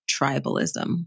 tribalism